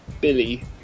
Billy